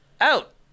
Out